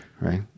right